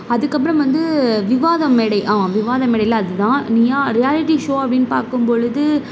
அதுக்கப்புறம் வந்து விவாதம் மேடை விவாதம் மேடையில் அதுதான் நீயா ரியாலிட்டி ஷோ அப்படின்னு பார்க்கும்பொழுது